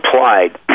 applied